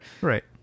Right